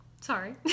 Sorry